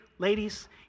Ladies